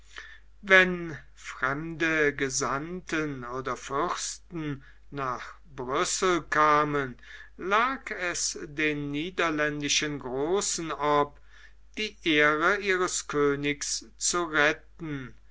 wenn fremde gesandte oder fürsten nach brüssel kamen lag es den niederländischen großen ob die ehre ihres königs zu retten